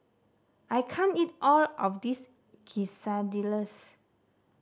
I can't eat all of this Quesadillas